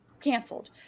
canceled